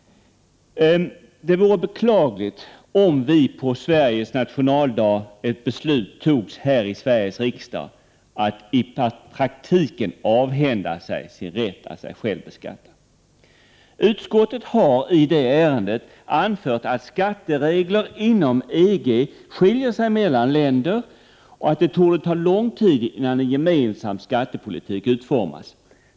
Det vore beklagligt om på" Sveriges nationaldag ett beslut fattades av Sveriges riksdag att i praktiken avhända folket dess rätt att sig själv beskatta. Utskottet har i detta ärende anfört att skatteregler inom EG skiljer sig mellan länderna och att det torde ta lång tid innan en gemensam skattepolitik utformats.